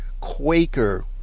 Quaker